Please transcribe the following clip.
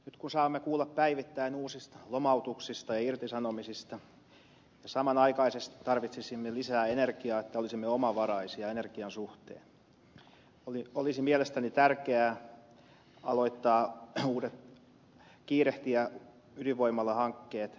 nyt kun saamme kuulla päivittäin uusista lomautuksista ja irtisanomisista ja samanaikaisesti tarvitsisimme lisää energiaa että olisimme omavaraisia energian suhteen olisi mielestäni tärkeää kiirehtiä ydinvoimalahankkeita